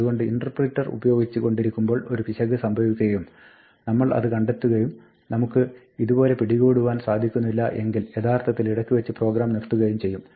അതുകൊണ്ട് ഇന്റർപ്രിറ്റർ ഉപയോഗിച്ചു കൊണ്ടിരിക്കുമ്പോൾ ഒരു പിശക് സംഭവിക്കുകയും നമ്മൾ അത് കണ്ടെത്തുകയും നമുക്ക് ഇതുപോലെ പിടികൂടുവാൻ സാധിക്കുന്നില്ല എങ്കിൽ യഥാർത്ഥത്തിൽ ഇടയ്ക്ക് വെച്ച് പ്രോഗ്രാം നിർത്തുകയും ചെയ്യും